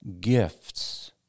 gifts